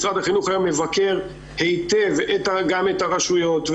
משרד החינוך היום מבקר היטב גם את הרשויות,